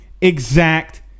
exact